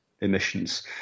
emissions